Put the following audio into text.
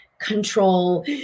control